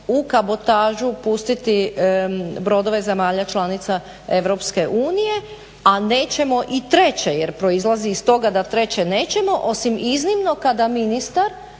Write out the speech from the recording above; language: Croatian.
u kabotažu pustiti brodove zemalja članica Europske unije. A nećemo i treće jer proizlazi iz toga da treće nećemo osim iznimno kada ministar